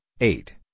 eight